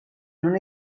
non